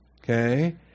okay